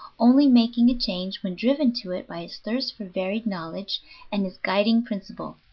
only making a change when driven to it by his thirst for varied knowledge and his guiding principle,